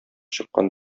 чыккан